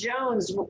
Jones